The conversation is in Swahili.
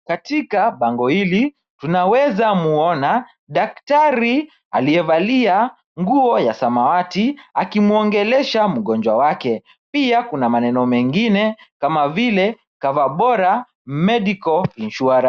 Katika bango hili tunaweza mwona daktari aliyevalia nguo ya samawati akimwongelesha mgonjwa wake. Pia kuna maneno mengine kama vile Coverbora Medical Insurance.